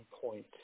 point